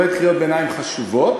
את קוראת קריאות ביניים חשובות,